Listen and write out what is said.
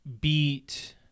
beat